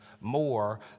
more